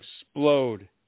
explode